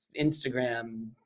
Instagram